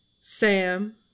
Sam